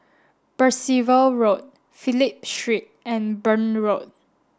Percival Road Phillip Street and Burn Road